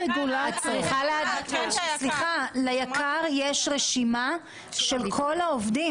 סליחה, ליק"ר יש רשימה של כל העובדים.